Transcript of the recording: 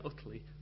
utterly